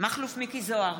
מכלוף מיקי זוהר,